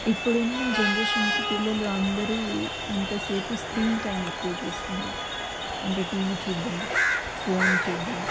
ఇప్పుడు ఉన్న జనరేషన్కి పిల్లలు అందరూ ఎంత సేపు స్క్రీన్ టైమ్ ఎక్కువ చేస్తున్నారు అంటే టీ వీ చూడడం ఫోన్ చూడడం